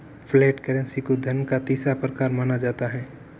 flat currency को धन का तीसरा प्रकार माना जाता है